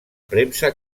premsa